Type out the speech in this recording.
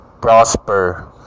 prosper